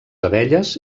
abelles